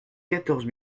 quatorze